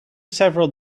several